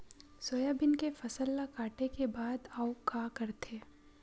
Soybean के फसल ल काटे के बाद आऊ का करथे?